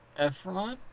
Efron